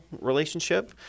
relationship